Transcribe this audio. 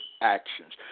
actions